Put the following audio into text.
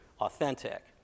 authentic